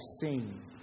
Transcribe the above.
seen